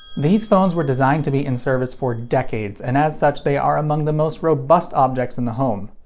these phones were designed to be in service for decades, and as such they are among the most robust objects in the home.